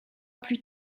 plus